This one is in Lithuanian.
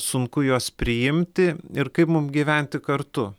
sunku juos priimti ir kaip mum gyventi kartu